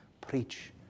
preach